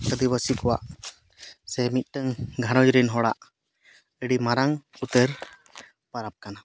ᱟᱫᱤᱵᱟᱥᱤ ᱠᱚᱣᱟᱜ ᱥᱮ ᱢᱤᱫᱴᱟᱝ ᱜᱷᱟᱨᱚᱸᱡᱽ ᱨᱮᱱ ᱦᱚᱲᱟᱜ ᱟᱹᱰᱤ ᱢᱟᱨᱟᱝ ᱩᱛᱟᱹᱨ ᱯᱚᱨᱚᱵᱽ ᱠᱟᱱᱟ